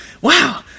wow